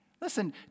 Listen